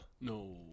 No